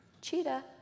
Cheetah